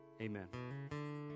amen